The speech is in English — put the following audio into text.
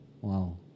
Wow